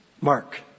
Mark